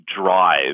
drive